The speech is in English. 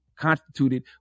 constituted